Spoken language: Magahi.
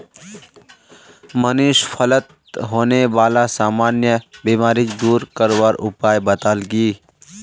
मनीष फलत होने बाला सामान्य बीमारिक दूर करवार उपाय बताल की